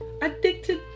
addicted